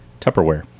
Tupperware